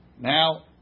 Now